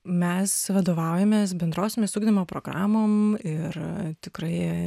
mes vadovaujamės bendrosiomis ugdymo programom ir tikrai